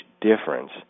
difference